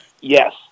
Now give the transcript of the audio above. Yes